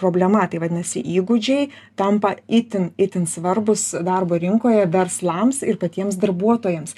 problema tai vadinasi įgūdžiai tampa itin itin svarbūs darbo rinkoje verslams ir patiems darbuotojams